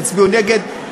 תצביעו נגד,